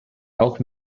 auch